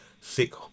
sick